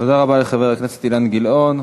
תודה רבה לחבר הכנסת אילן גילאון,